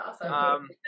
awesome